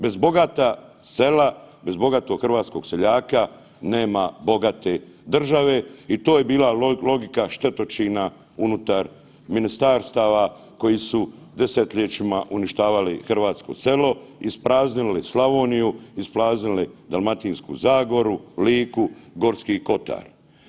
Bez bogata sela, bez bogatog hrvatskog seljaka nema bogate države i to je bila logika štetočina unutar ministarstava koji su desetljećima uništavali hrvatsko selo, ispraznili Slavoniju, ispraznili Dalmatinsku zagoru, Liku, Gorski kotar.